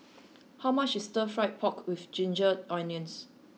how much is stir fried pork with ginger onions